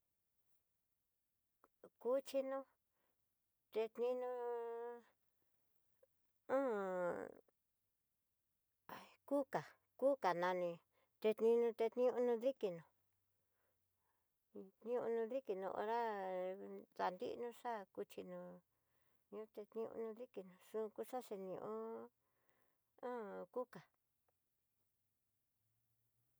Kuchinó tedninó h kuka kuka nani tedninió té ni'ó no dikinó iño no ndikinró horá, tanei no xhá kuchínó'o niuté ñono ndikinó xuyuxaxhi ni'ó han kuka.